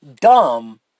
dumb